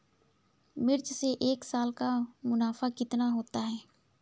मिर्च से एक साल का मुनाफा कितना होता है?